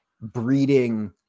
breeding